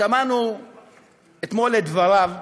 שמענו אתמול את דבריו: